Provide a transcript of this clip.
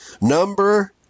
Number